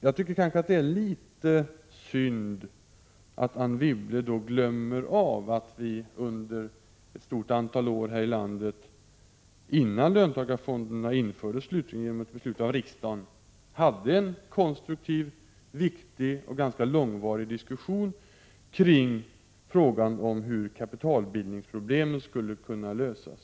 Det är emellertid litet synd att Anne Wibble glömmer bort att vi här i landet, innan löntagarfonderna slutligen infördes genom ett beslut i riksdagen, under en följd av år hade en konstruktiv, viktig och ganska långvarig diskussion kring frågan om hur kapitalbildningsproblemet skulle kunna lösas.